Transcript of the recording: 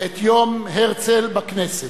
את יום הרצל בכנסת.